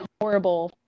horrible